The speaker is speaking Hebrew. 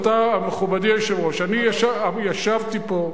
מכובדי היושב-ראש, אני ישבתי פה,